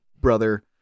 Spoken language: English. brother